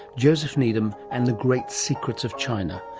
joseph needham and the great secrets of china.